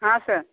हाँ सर